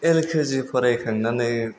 L K G फराय खानांनानै